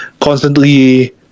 constantly